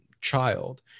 child